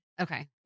Okay